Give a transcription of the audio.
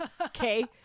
okay